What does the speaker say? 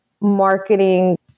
marketing